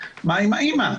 מה עם האמא?